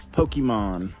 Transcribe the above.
Pokemon